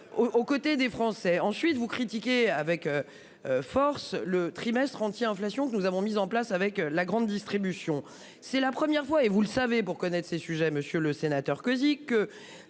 Aux côtés des Français. Ensuite vous critiquez avec. Force le trimestre anti-inflation que nous avons mis en place avec la grande distribution, c'est la première fois et vous le savez pour connaître ces sujets monsieur le sénateur. Que